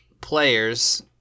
players